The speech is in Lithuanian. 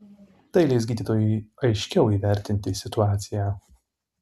tai leis gydytojui aiškiau įvertinti situaciją